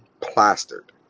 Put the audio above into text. plastered